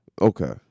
Okay